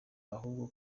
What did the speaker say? ahubwo